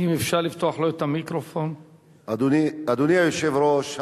אדוני היושב-ראש,